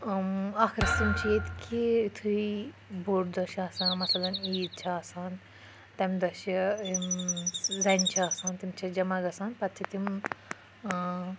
اکھ رسم چھِ ییٚتہِ کہِ یِتھُے بوٚڈ دۄہ چھُ آسان مَثَلن عیٖد چھِ آسان تمہِ دۄہ چھِ یِم زَنہِ چھِ آسان تِم چھِ جَمَع گَژھان پَتہٕ چھِ تِم